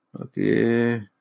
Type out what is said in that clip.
Okay